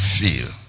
feel